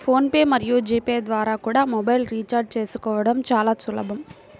phone pay మరియు G pay ద్వారా కూడా మొబైల్ రీఛార్జి చేసుకోవడం చాలా సులభం